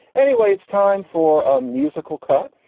anyway, it's time for a musical cut.